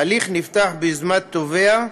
ההליך נפתח ביוזמת תובע,